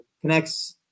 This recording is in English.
connects